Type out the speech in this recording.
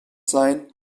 sein